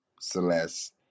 Celeste